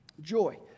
Joy